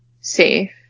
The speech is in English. safe